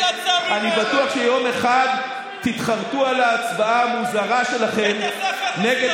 אני בטוח שיום אחד תתחרטו על ההצבעה המוזרה שלכם נגד